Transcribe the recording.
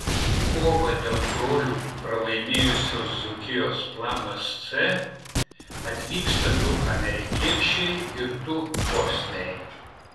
kovą dėl brolių pralaimėjusios dzūkijos planas c atvyksta du amerikiečiai ir du bosniai